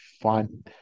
fun